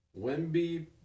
Wemby